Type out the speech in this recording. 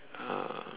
um